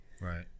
Right